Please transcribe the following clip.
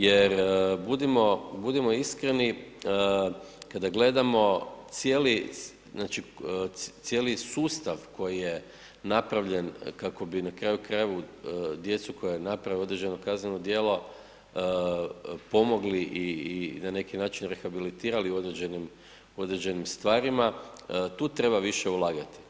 Jer budimo iskreni kada gledamo cijeli sustav koji je napravljen kako bi na kraju krajeva djecu koja naprave određeno kazneno djelo pomogli i na neki način rehabilitirali u određenim stvarima, tu treba više ulagati.